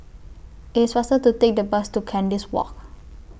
It's faster to Take The Bus to Kandis Walk